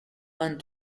vingt